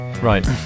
Right